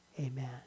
amen